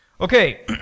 Okay